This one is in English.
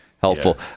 helpful